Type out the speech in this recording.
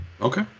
Okay